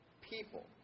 people